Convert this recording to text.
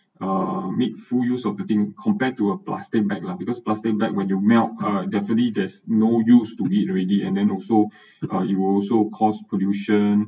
ah make full use of the thing compared to a plastic bag lah because plastic bag when you melt ah definitely there's no use to it already and then also ah it will also caused pollution